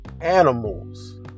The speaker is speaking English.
animals